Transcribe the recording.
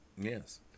Yes